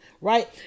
right